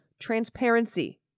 transparency